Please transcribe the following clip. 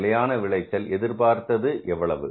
நிலையான விளைச்சல் எதிர்பார்த்தது எவ்வளவு